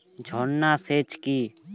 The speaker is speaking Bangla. ঝর্না সেচ কি?